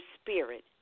spirit